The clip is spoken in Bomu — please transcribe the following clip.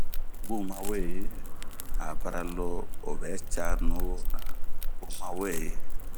Bun maweyi ..abara obɛ caa nuwona, bun ma weyi.